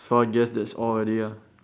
so I guess that's all already ah